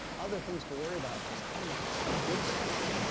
other things to worry about. just tell me, what's the good stuff.